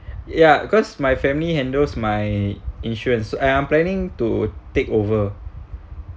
ya cause my family handles my insurance uh I'm planning to take over